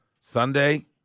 Sunday